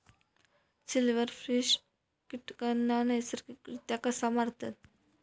Silverfish कीटकांना नैसर्गिकरित्या कसा मारतत?